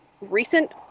recent